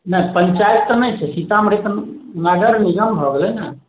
नहि पञ्चायत तऽ नहि छै सीतामढ़ी तऽ नगर निगम भऽ गेलै ने